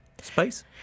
space